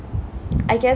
I guess